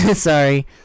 Sorry